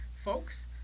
Folks